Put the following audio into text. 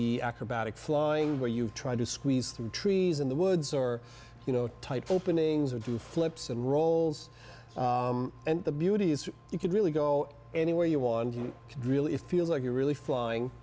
v acrobatic flying where you try to squeeze through trees in the woods or you know type openings and do flips and rolls and the beauty is you can really go anywhere you want he really feels like you're really flying